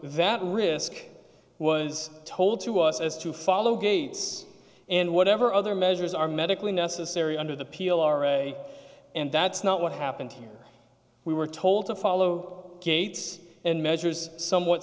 that risk was told to us as to follow gates and whatever other measures are medically necessary under the peel are a and that's not what happened here we were told to follow gates and measures somewhat